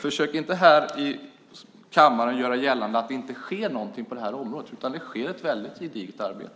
Försök därför inte i kammaren göra gällande att det inte sker någonting på det här området. Det pågår ett gediget arbete.